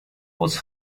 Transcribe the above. was